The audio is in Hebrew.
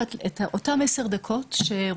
אנחנו רוצים לקחת את אותן 10 דקות שרופא